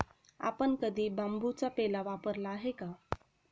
आपण कधी बांबूचा पेला वापरला आहे का?